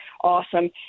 awesome